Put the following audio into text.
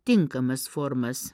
tinkamas formas